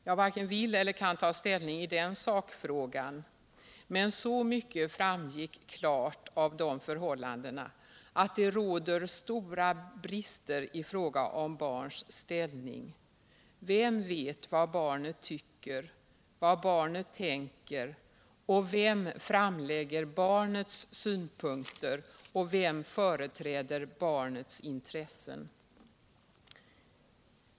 Jag varken vill eller kan ta ställning i den sakfrågan, men så mycket framgick klart av förhållandena att det råder stora brister i fråga om barns ställning. Vem vet vad barnet tycker och vad barnet tänker? Vem framlägger barnets synpunkter och vem företräder barnets intressen?